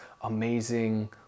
amazing